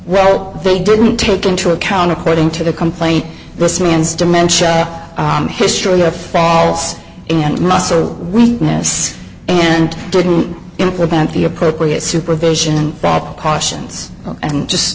well they didn't take into account according to the complaint this man's dementia historia faults and muscle weakness and didn't implement the appropriate supervision bob cautions and just